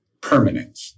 permanent